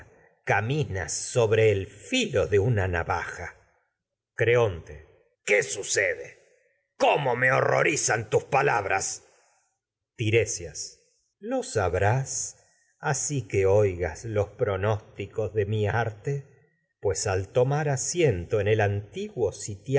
caminas sobre el filo de una navaja crbonte qué sucede cómo me horrorizan tus palabras tiresias de mi lo sabrás así que oigas en los pronósticos arte pues al tomar asiento el antiguo sitial